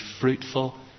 fruitful